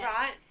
right